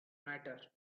matter